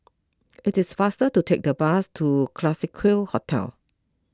it is faster to take the bus to Classique Hotel